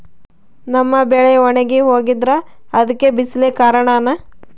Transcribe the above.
ನಮ್ಮ ಬೆಳೆ ಒಣಗಿ ಹೋಗ್ತಿದ್ರ ಅದ್ಕೆ ಬಿಸಿಲೆ ಕಾರಣನ?